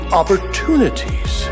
opportunities